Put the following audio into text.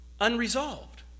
unresolved